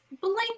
blink